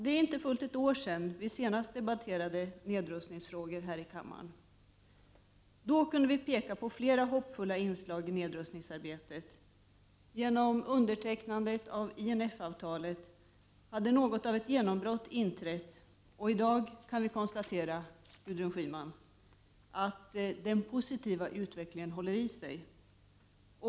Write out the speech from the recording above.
Det är inte fullt ett år sedan vi senast debatterade nedrustningsfrågor här i kammaren. Då kunde vi peka på flera hoppfulla inslag i nedrustningsarbetet. Genom undertecknandet av INF-avtalet hade något av ett genombrott inträtt i nedrustningsarbetet, och i dag kan vi konstatera, Gudrun Schyman, att den positiva utvecklingen håller i sig.